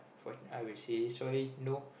fort I will say sorry no